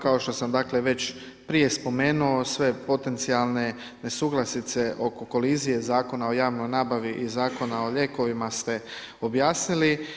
Kao što sam dakle već prije spomenuo sve potencijalne nesuglasice oko kolizije Zakona o javnoj nabavi i Zakona o lijekovima ste objasnili.